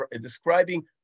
describing